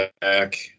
back